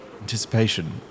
anticipation